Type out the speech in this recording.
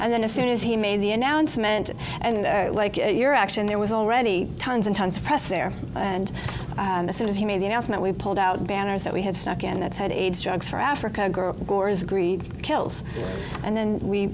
and then as soon as he made the announcement and like your action there was already tons and tons of press there and as soon as he made the announcement we pulled out banners that we had snuck in that said aids drugs for africa girls gore's greed kills and then we